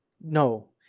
No